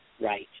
right